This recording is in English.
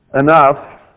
enough